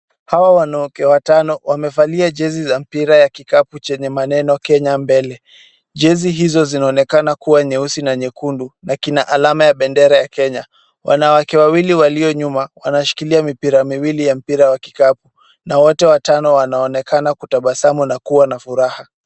Hawa wanawake watano wamevalia jezi za mpira ya kikapu chenye maneno Kenya mbele. Jezi hizo zinaonekana kuwa nyeusi na nyekundu na kina alama ya bendera ya Kenya. Wanawake wawili walio nyuma wanashikilia mipira miwili ya mpira wa kikapu na wote watano wanaonekana kutabasamu na kuwa na furaha.